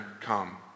come